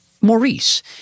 Maurice